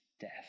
death